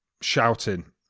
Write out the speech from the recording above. shouting